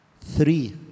Three